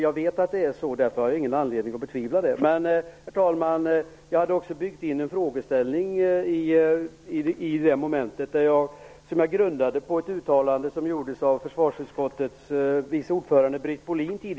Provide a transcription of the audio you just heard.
Jag vet att det är så. Därför har jag ingen anledning att betvivla det. Jag hade också byggt in en frågeställning i det momentet grundad på ett uttalande som tidigare i dag gjordes av försvarsutskottets vice ordförande Britt Bohlin.